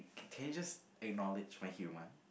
can you just acknowledge my humour